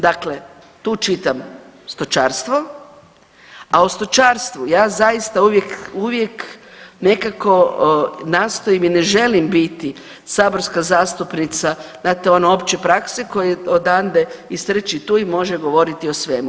Dakle, tu čitam stočarstvo, a o stočarstvu ja zaista uvijek, uvijek nekako nastojim i ne želim biti saborska zastupnica znate ono opće prakse koja odande istrči tu i može govoriti o svemu.